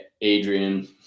Adrian